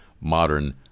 modern